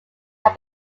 are